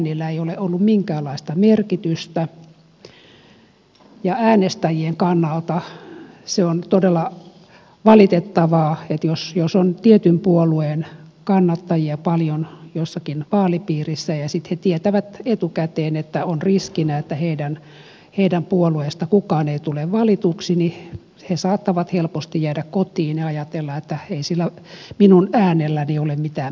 niillä äänillä ei ole ollut minkäänlaista merkitystä ja äänestäjien kannalta on todella valitettavaa että jos on tietyn puolueen kannattajia paljon jossakin vaalipiirissä ja sitten he tietävät etukäteen että on riskinä että heidän puolueestaan kukaan ei tule valituksi niin he saattavat helposti jäädä kotiin ja ajatella että ei sillä minun äänelläni ole mitään merkitystä